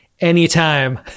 anytime